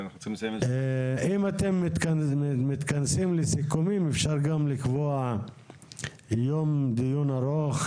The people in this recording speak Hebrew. אם אתם מתכנסים לסיכומים אפשר גם לקבוע יום דיון ארוך,